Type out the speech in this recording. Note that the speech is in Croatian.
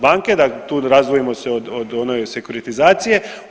Banke tu razdvojimo se od one sekuritizacije.